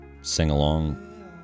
sing-along